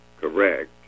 correct